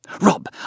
rob